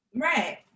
Right